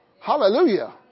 Hallelujah